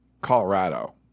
Colorado